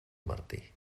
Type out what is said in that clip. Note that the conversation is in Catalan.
martí